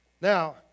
Now